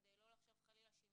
כדי לא לחשוב, חלילה, שאם